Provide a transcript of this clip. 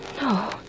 No